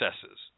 successes